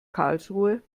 karlsruhe